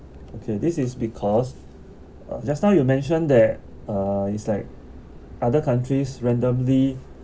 okay this is because uh just now you mentioned that uh it's like other countries randomly